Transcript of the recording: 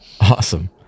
Awesome